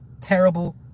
terrible